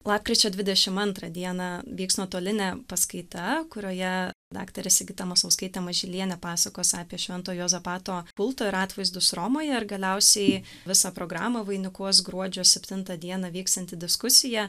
lapkričio dvidešim antrą dieną vyks nuotolinė paskaita kurioje daktarė sigita maslauskaitė mažylienė pasakos apie švento juozapato kultą ir atvaizdus romoje ir galiausiai visą programą vainikuos gruodžio septintą dieną vyksianti diskusija